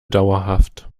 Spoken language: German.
dauerhaft